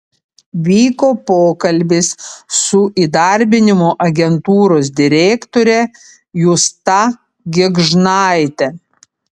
vyko pokalbis su įdarbinimo agentūros direktore justa gėgžnaite